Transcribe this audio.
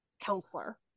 counselor